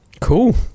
Cool